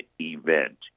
event